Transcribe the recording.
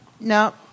no